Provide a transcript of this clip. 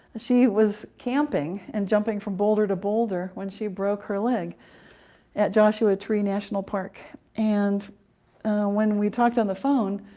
she was camping and jumping from boulder to boulder, when she broke her leg at joshua tree national park. and when we talked on the phone,